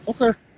Okay